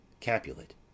Capulet